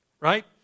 Right